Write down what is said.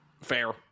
Fair